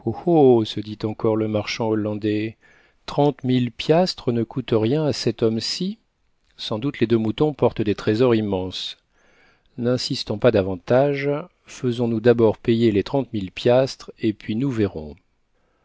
se dit encore le marchand hollandais trente mille piastres ne coûtent rien à cet homme ci sans doute les deux moutons portent des trésors immenses n'insistons pas davantage faisons-nous d'abord payer les trente mille piastres et puis nous verrons